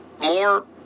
more